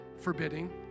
forbidding